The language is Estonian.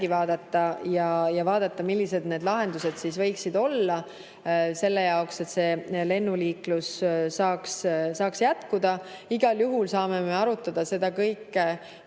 ka vaadata, millised need lahendused võiksid olla, et lennuliiklus saaks jätkuda. Igal juhul saame arutada seda kõike